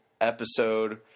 episode